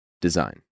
design